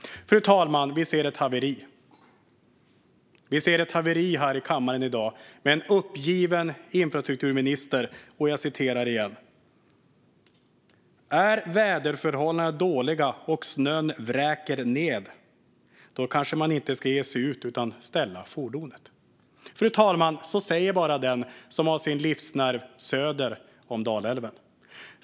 Fru talman! Vi ser ett haveri här i kammaren i dag med en uppgiven infrastrukturminister. Jag citerar ur statsrådets interpellationssvar: "Är väder-förhållandena dåliga, om snön vräker ned ., ska man kanske inte ge sig ut utan ställa fordonet." Så säger bara den som har sin livsnerv söder om Dalälven.